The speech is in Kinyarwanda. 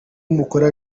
mukora